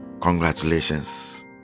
congratulations